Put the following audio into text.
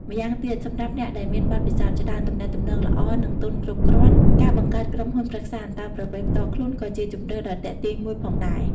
ម្យ៉ាងទៀត សម្រាប់អ្នកដែលមានបទពិសោធន៍ច្រើន ទំនាក់ទំនងល្អ និងទុនគ្រប់គ្រាន់ ការបង្កើតក្រុមហ៊ុនប្រឹក្សាអន្តោប្រវេសន៍ផ្ទាល់ខ្លួនក៏ជាជម្រើសដ៏ទាក់ទាញមួយផងដែរ។